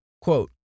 Quote